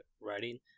writing